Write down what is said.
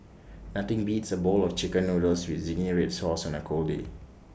nothing beats A bowl of Chicken Noodles with Zingy Red Sauce on A cold day